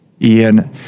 ian